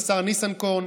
השר ניסנקורן,